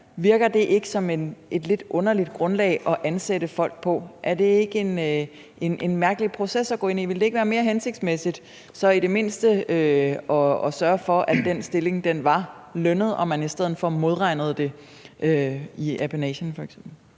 virker det ikke som et lidt underligt grundlag at ansætte folk på, er det ikke en mærkelig proces at gå ind i? Ville det ikke være mere hensigtsmæssigt så i det mindste at sørge for, at den stilling var lønnet, og at man i stedet for modregnede det i apanagen